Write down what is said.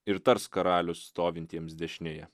ir tars karalius stovintiems dešinėje